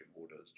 orders